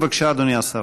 בבקשה, אדוני השר.